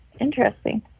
interesting